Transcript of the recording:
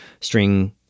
string